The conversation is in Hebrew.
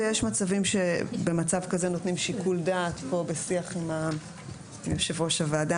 ויש מצבים שבמצב כזה נותנים שיקול דעת פה בשיח עם יושב-ראש הוועדה,